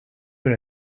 for